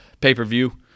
pay-per-view